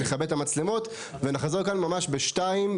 נכבה את המצלמות ונחזור לכאן ממש ב-14:03.